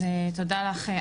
ותודה לך,